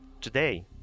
Today